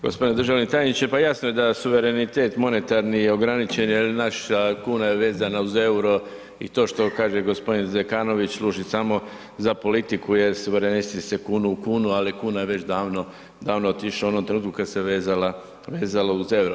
Gospodine državni tajniče, pa jasno je da suverenitet monetarni je ograničen jer naša kuna je vezana uz euro i to što kaže gospodin Zekanović služi samo za politiku jer suverenisti se kunu u kunu ali kuna je već davno, davno otišla, u onom trenutku kada se vezala uz euro.